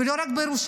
ולא רק בירושלים.